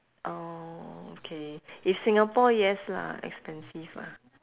orh okay if singapore yes lah expensive ah